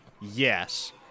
yes